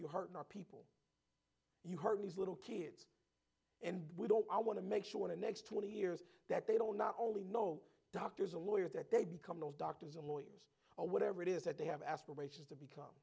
you hurt more people you hartley's little kids and we don't i want to make sure the next twenty years that they don't not only know doctors and lawyers that they become those doctors and lawyers or whatever it is that they have aspirations to become